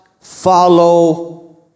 follow